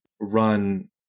run